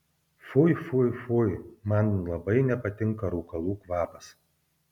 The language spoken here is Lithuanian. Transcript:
fui fui fui man labai nepatinka rūkalų kvapas